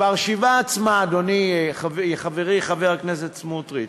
וברשימה עצמה, אדוני, חבר הכנסת סמוטריץ,